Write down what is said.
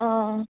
ఆ